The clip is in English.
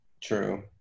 true